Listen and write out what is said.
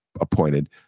appointed